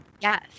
Yes